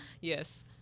Yes